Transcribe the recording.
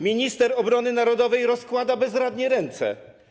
Minister obrony narodowej rozkłada bezradnie ręce.